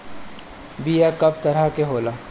बीया कव तरह क होला?